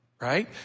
right